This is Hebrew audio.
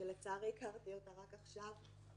שלצערי הכרתי אותה רק עכשיו,